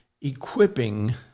equipping